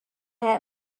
had